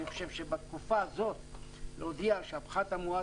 אני חושב שבתקופה הזאת להודיע שהפחת המואץ